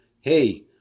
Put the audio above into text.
hey